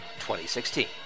2016